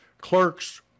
clerk's